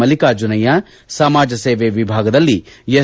ಮಲ್ಲಿಕಾರ್ಜುನಯ್ಯ ಸಮಾಜ ಸೇವೆ ವಿಭಾಗದಲ್ಲಿ ಎಸ್